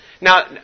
Now